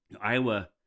Iowa